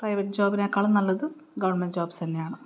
private ജോബിനെക്കാളും നല്ലത് government jobs തന്നെയാണ്